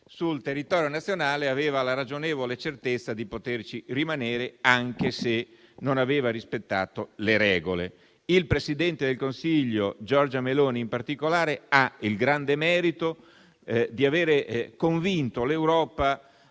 sul territorio nazionale aveva la ragionevole certezza di poterci rimanere, anche se non aveva rispettato le regole. Il presidente del Consiglio Giorgia Meloni, in particolare, ha il grande merito di aver convinto l'Europa